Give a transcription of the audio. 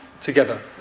together